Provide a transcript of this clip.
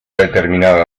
determinada